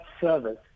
service